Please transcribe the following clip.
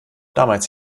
damals